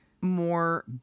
more